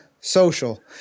social